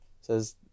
Says